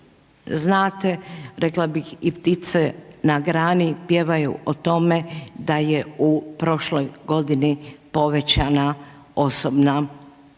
znate, rekla bih i ptice na grani, pjevaju o tome, da je u prošloj godini povećana osobna